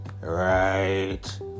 right